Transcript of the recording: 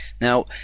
Now